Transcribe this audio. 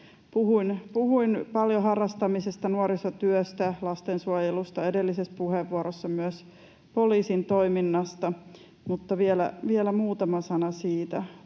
Puhuin paljon harrastamisesta, nuorisotyöstä, lastensuojelusta edellisessä puheenvuorossa, myös poliisin toiminnasta, mutta vielä muutama sana siitä.